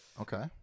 Okay